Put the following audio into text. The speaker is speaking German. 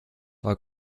war